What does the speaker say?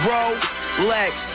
Rolex